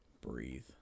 breathe